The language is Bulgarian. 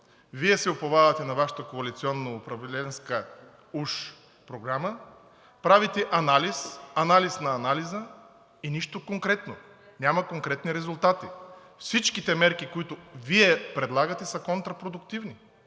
Вие се уповавате на Вашата коалиционноуправленска уж програма, правите анализ, анализ на анализа и нищо конкретно – няма конкретни резултати. Всичките мерки, които Вие предлагате, са контрапродуктивни.